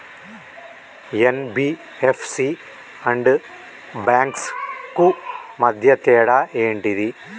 NBFC and banks కు మధ్య తేడా ఏంటిది?